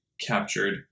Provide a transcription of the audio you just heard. captured